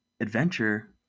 adventure